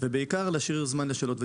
ובעיקר להשאיר זמן לשאלות ותשובות.